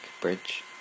bridge